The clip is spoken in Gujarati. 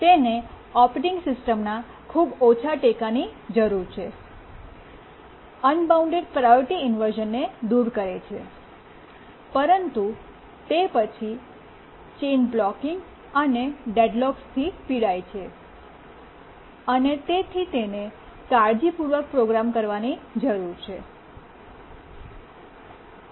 તેને ઓપરેટિંગ સિસ્ટમનો ખૂબ ઓછો ટેકો જોઈએ છે અનબાઉન્ડ પ્રાયોરિટી ઇન્વર્શ઼નને દૂર કરે છે પરંતુ તે પછી ચેઇન બ્લૉકિંગ અને ડેડલોક્સથી પીડાય છે અને તેથી તેને કાળજીપૂર્વક પ્રોગ્રામ કરવાની જરૂર છે